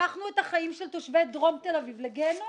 הפכנו את החיים של תושבי דרום תל אביב לגיהינום.